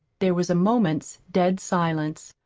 there was a moment's dead silence.